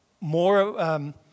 more